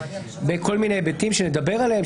בכל מיני היבטים שנדבר עליהם,